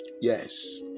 Yes